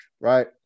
right